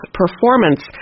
performance